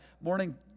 morning